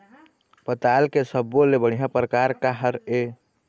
पताल के सब्बो ले बढ़िया परकार काहर ए?